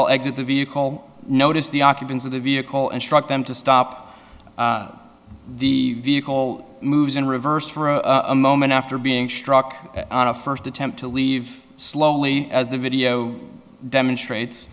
exit the vehicle notice the occupants of the vehicle instruct them to stop the vehicle moves in reverse for a moment after being struck on a first attempt to leave slowly as the video demonstrates